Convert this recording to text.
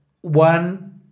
one